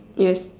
yes